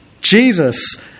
Jesus